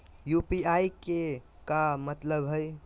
UPI के का मतलब हई?